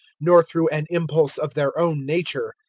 nor through an impulse of their own nature,